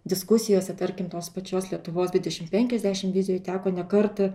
diskusijose tarkim tos pačios lietuvos dvidešim penkiasdešim vizijoj teko ne kartą